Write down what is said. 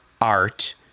art